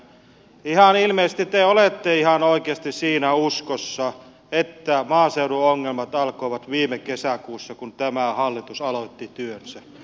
ihan ilmeisesti te olette ihan oikeasti siinä uskossa että maaseudun ongelmat alkoivat viime kesäkuussa kun tämä hallitus aloitti työnsä